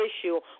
issue